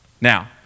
Now